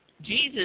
Jesus